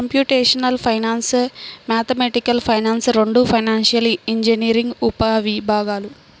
computational finance, mathematical finance రెండూ financial engineering ఉపవిభాగాలు